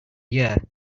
year